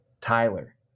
Tyler